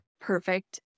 perfect